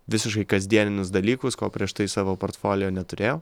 visiškai kasdieninius dalykus ko prieš tai savo portfolio neturėjau